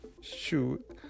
shoot